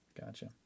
Gotcha